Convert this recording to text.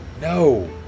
No